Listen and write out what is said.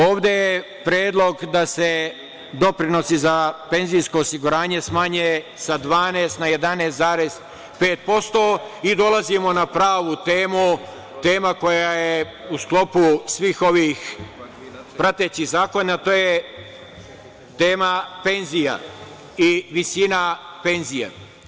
Ovde je predlog da se doprinosi za penzijsko osiguranje smanje sa 12 na 11,5% i dolazimo na pravu temu, tema koja je u sklopu svih ovih pratećih zakona, to je tema penzija i visina penzija.